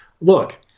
look